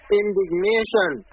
indignation